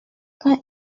quand